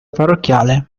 parrocchiale